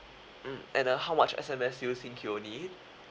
mm and uh how much S_M_S do you think you'll need